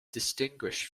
distinguished